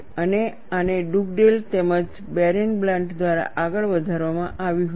અને આને ડુગડેલ તેમજ બેરેનબ્લાટ દ્વારા આગળ વધારવામાં આવ્યું હતું